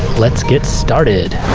let's get started.